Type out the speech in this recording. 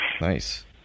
Nice